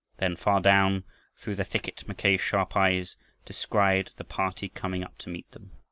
then far down through the thicket mackay's sharp eyes descried the party coming up to meet them.